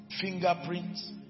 fingerprints